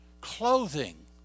clothing